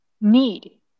need